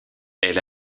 elle